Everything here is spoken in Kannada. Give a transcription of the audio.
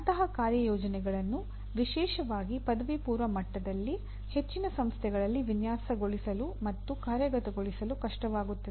ಅಂತಹ ಕಾರ್ಯಯೋಜನೆಗಳನ್ನು ವಿಶೇಷವಾಗಿ ಪದವಿಪೂರ್ವ ಮಟ್ಟದಲ್ಲಿ ಹೆಚ್ಚಿನ ಸಂಸ್ಥೆಗಳಲ್ಲಿ ವಿನ್ಯಾಸಗೊಳಿಸಲು ಮತ್ತು ಕಾರ್ಯಗತಗೊಳಿಸಲು ಕಷ್ಟವಾಗುತ್ತದೆ